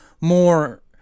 more